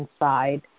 inside